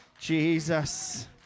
Jesus